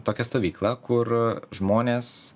tokią stovyklą kur žmonės